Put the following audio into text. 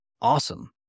Awesome